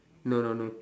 no no no